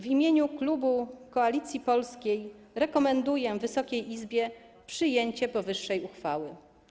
W imieniu klubu Koalicji Polskiej rekomenduję Wysokiej Izbie przyjęcie powyższej uchwały.